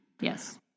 Yes